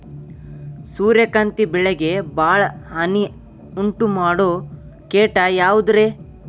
ಸೂರ್ಯಕಾಂತಿ ಬೆಳೆಗೆ ಭಾಳ ಹಾನಿ ಉಂಟು ಮಾಡೋ ಕೇಟ ಯಾವುದ್ರೇ?